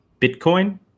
Bitcoin